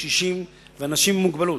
מקשישים ומאנשים עם מוגבלות,